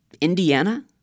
Indiana